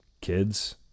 Kids